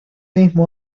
mismo